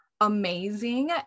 amazing